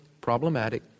problematic